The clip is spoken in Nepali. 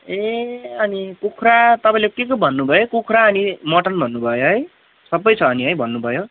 ए अनि कुखुरा तपाईँले केको भन्नुभयो कुखुरा अनि मटन भन्नुभयो है सबै छ नि है भन्नुभयो